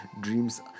Dreams